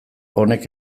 honek